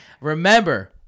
Remember